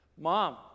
Mom